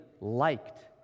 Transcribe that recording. liked